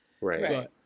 Right